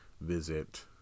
visit